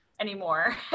anymore